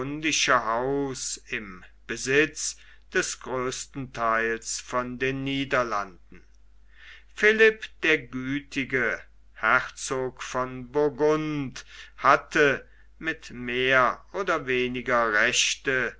haus im besitz des größten theils von den niederlanden philipp der gütige herzog von burgund hatte mit mehr oder weniger rechte